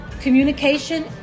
communication